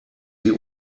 sie